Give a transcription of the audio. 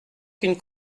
qu’une